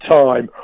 time